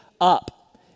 Up